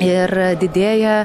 ir didėja